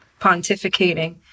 pontificating